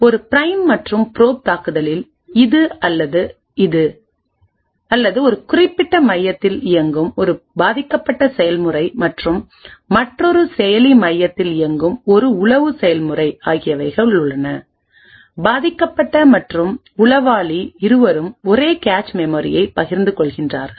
ஒரு பிரைம் மற்றும் ப்ரோப் தாக்குதலில் இது அல்லது இது அல்லது ஒரு குறிப்பிட்ட மையத்தில் இயங்கும் ஒரு பாதிக்கப்பட்ட செயல்முறை மற்றும் மற்றொரு செயலி மையத்தில் இயங்கும் ஒரு உளவு செயல்முறை ஆகியவை உள்ளன பாதிக்கப்பட்ட மற்றும் உளவாளி இருவரும் ஒரே கேச் மெமரியை பகிர்ந்து கொள்கிறார்கள்